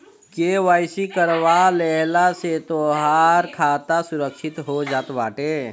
KYC करवा लेहला से तोहार खाता सुरक्षित हो जात बाटे